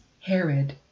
herod